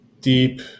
deep